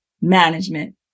management